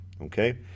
okay